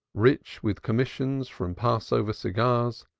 rich with commissions from passover cigars,